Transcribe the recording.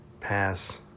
Pass